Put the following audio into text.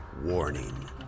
Warning